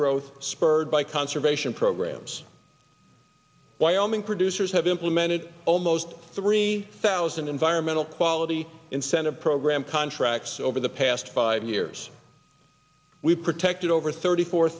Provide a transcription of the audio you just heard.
growth spurred by conservation programs wyoming producers have implemented almost three thousand environmental quality incentive program contracts over the past five years we've protected over thirty four